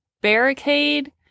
barricade